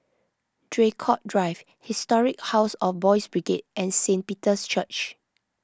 Draycott Drive Historic House of Boys' Brigade and Saint Peter's Church